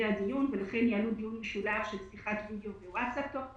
הדיון ולכן ניהלו דיון משולש של שיחת וידיאו וואטסאפ תוך כדי.